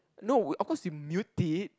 no of course you mute it